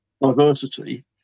diversity